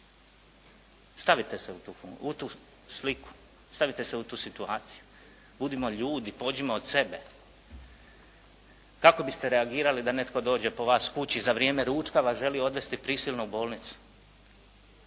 Stavite se u tu sliku, stavite se u tu situaciju, budimo ljudi, pođimo od sebe. Kako biste reagirali da netko dođe po vas kući, za vrijeme ručka vas želi odvesti prisilno u bolnicu.